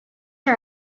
are